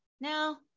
No